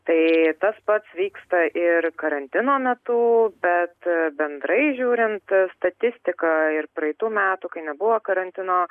tai tas pats vyksta ir karantino metu bet bendrai žiūrint statistiką ir praeitų metų kai nebuvo karantino